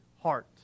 heart